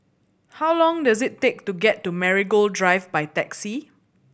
how long does it take to get to Marigold Drive by taxi